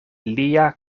lia